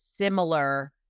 similar